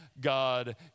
God